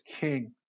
King